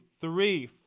three